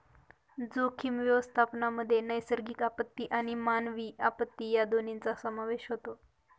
जोखीम व्यवस्थापनामध्ये नैसर्गिक आपत्ती आणि मानवी आपत्ती या दोन्हींचा समावेश होतो